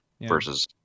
versus